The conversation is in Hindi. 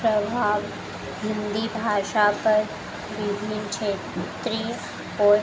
प्रभाव हिन्दी भाषा पर विभिन्न क्षेत्रीय और